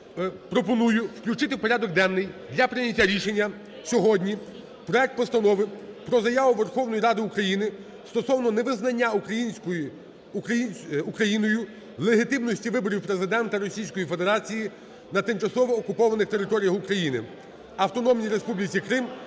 Пропоную включити в порядок денний для прийняття рішення сьогодні проект Постанови про Заяву Верховної Ради України стосовно невизнання Україною легітимності виборів Президента Російської Федерації на тимчасово окупованих територіях України - Автономній Республіці Крим